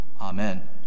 Amen